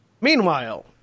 Meanwhile